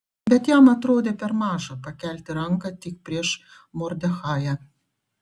bet jam atrodė per maža pakelti ranką tik prieš mordechają